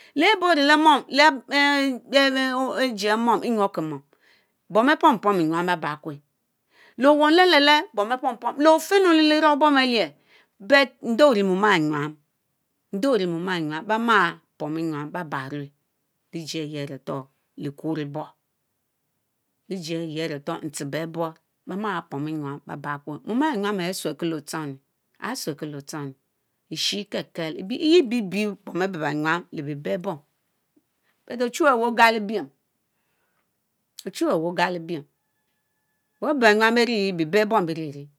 Lé iborie lé mom, léjie mom enyorki mom, bom bey pom Enyam beh balrr kwe, léé owom le-lee-leeh bom beh pom bebalrkwe lé ofinu lee lie wrong ebom elier but enyie orie mom ehh enyam, endeh orie mom ehh enyam beh ma pom eyam beh barrwéy ujie eyeh aretor liquor liborr, lijie eyé aretor ntehebe ehh-borr behma pom enyam beh bar kwe mom ehh enyam eh suelki leéotchoning, ahh suelking lé oshoni Eshey Ɛ'kelke yea Ɛbibie bom Ebeh benyam lee béh beehr bom but ochuweh weh ogacibiem, ochuweh weh ogacibiem.,, Bom ebé benyam bah rie rie bie beehbom bie rie rie.